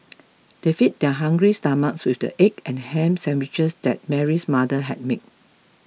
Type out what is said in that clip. they fed their hungry stomachs with the egg and ham sandwiches that Mary's mother had made